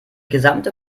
gesamte